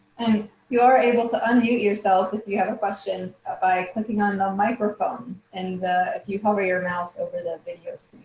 and you are able to yourselves if you have a question by clicking on and a microphone and you hover your mouse over the videos.